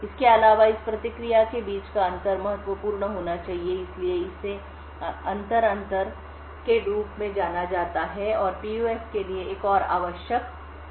इसके अलावा इस प्रतिक्रिया के बीच का अंतर महत्वपूर्ण होना चाहिए इसलिए इसे अंतर अंतर के रूप में जाना जाता है और PUF के लिए एक और आवश्यकता अंतर अंतर है